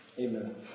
Amen